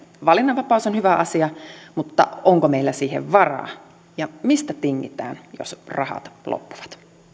valinnanvapaus on hyvä asia mutta onko meillä siihen varaa ja mistä tingitään jos rahat loppuvat